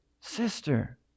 sister